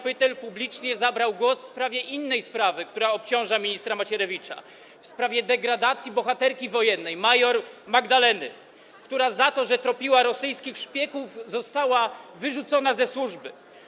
Pytel publicznie zabrał głos w innej sprawie, która obciąża ministra Macierewicza - w sprawie degradacji bohaterki wojennej mjr Magdaleny, która za to, że tropiła rosyjskich szpiegów, została wyrzucona ze służby.